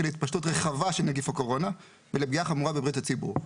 להתפשטות רחבה של נגיף הקורונה ולפגיעה חמורה בבריאות הציבור.